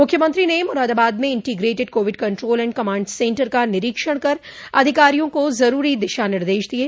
मुख्यमंत्री ने मुरादाबाद में integrated covid control and command centre का निरीक्षण कर अधिकारियों को जरूरी दिशा निर्देश दिये